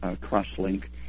Cross-link